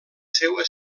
seua